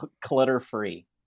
clutter-free